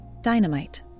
dynamite